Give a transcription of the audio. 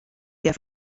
der